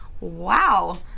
wow